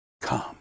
Come